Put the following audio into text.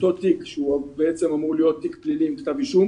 אותו תיק שאמור להיות תיק פלילי עם כתב אישי,